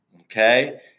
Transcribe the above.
okay